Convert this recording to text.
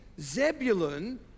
Zebulun